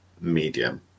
medium